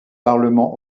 parlement